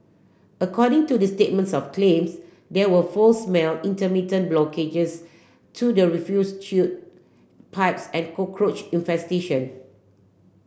according to the statements of claims there were foul smell intermittent blockages to the refuse pipes and cockroach infestation